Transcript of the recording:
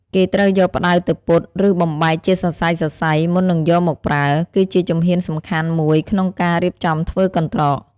គេត្រូវយកផ្ដៅទៅពត់ ឬបំបែកជាសរសៃៗមុននឹងយកមកប្រើ គឺជាជំហានសំខាន់មួយក្នុងការរៀបចំធ្វើកន្រ្តក។